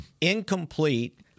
incomplete